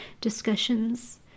discussions